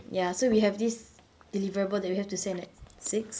ya so we have this deliverable that we have to send at six